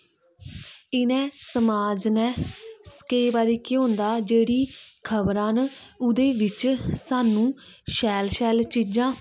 इ'नें समाज ने केईं बारी केह् होंदा जेह्ड़ी खबरां न ओह्दे बिच्च सानूं शैल सैल चीज़ां